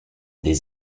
des